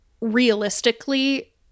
realistically